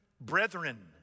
brethren